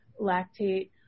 lactate